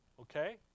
Okay